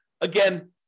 Again